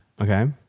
okay